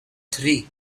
three